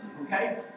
okay